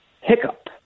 hiccup